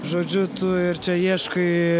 žodžiu tu ir čia ieškai